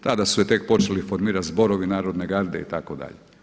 Tada su se tek počeli formirati zborovi Narodne garde itd.